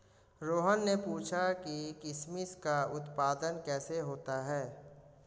रोहन ने पूछा कि किशमिश का उत्पादन कैसे होता है?